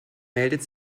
meldet